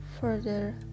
further